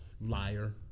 Liar